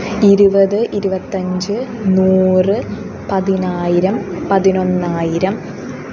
ഇരുപത് ഇരുപത്തഞ്ച് നൂറ് പതിനായിരം പതിനൊന്നായിരം